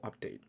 update